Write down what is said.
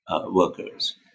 workers